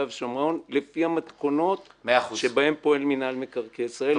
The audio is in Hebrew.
ושומרון לפי המתכונות שבהם פועלת רשות מקרקעי ישראל.